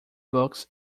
books